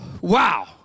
Wow